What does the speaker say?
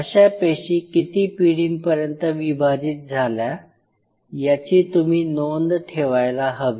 अशा पेशी किती पिढींपर्यंत विभाजित झाल्या याची तुम्ही नोंद ठेवायला हवी